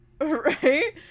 Right